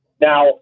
Now